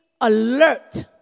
alert